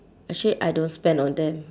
actually I don't spend on them